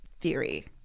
theory